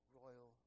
royal